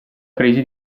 crisi